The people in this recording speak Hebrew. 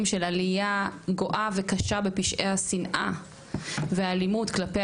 של עלייה גואה וקשה בפשעי השנאה והאלימות כלפי